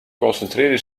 concentreerde